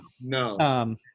no